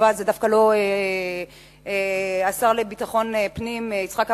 התשובה הם דווקא לא השר לביטחון פנים יצחק אהרונוביץ,